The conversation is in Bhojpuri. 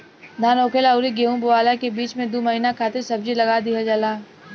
धान होखला अउरी गेंहू बोअला के बीच में दू महिना खातिर सब्जी लगा दिहल जाला